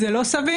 זה לא סביר?